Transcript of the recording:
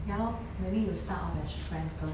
ya lor maybe you start off as friend first